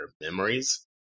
Memories